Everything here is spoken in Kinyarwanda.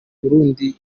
burundi